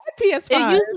PS5